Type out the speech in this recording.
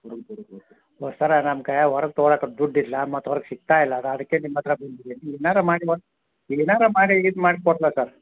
ದೋಸ್ತರೆ ನಮ್ಮ ಕೈಯಾಗೆ ಹೊರ್ಗೆ ತೊಗೊಳಕ್ಕೆ ದುಡ್ಡಿಲ್ಲ ಮತ್ತು ಹೊರ್ಗೆ ಸಿಗ್ತಾ ಇಲ್ಲ ಅಲ್ವ ಅದಕ್ಕೆ ನಿಮ್ಮ ಹತ್ತಿರ ಬಂದಿದ್ದೀನಿ ಏನಾರೂ ಮಾಡಿ ಒಂದು ಏನಾರೂ ಮಾಡಿ ಇದು ಮಾಡಿ ಕೊಡ್ರಿ ಅತ್ತ